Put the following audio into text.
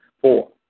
four